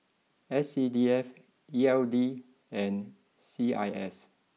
S C D F E L D and C I S